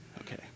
okay